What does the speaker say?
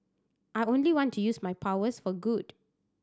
I only want to use my powers for good